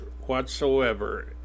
whatsoever